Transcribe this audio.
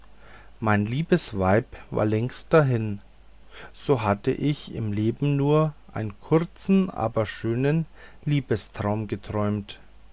mein liebes weib war längst dahin so hatte ich im leben nur einen kurzen aber schönen liebestraum geträumt